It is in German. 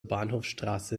bahnhofsstraße